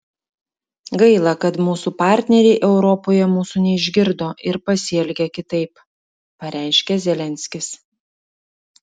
gaila kad mūsų partneriai europoje mūsų neišgirdo ir pasielgė kitaip pareiškė zelenskis